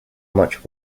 much